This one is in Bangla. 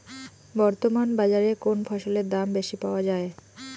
বর্তমান বাজারে কোন ফসলের দাম বেশি পাওয়া য়ায়?